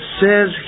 says